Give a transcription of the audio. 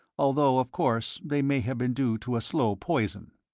although of course they may have been due to a slow poison.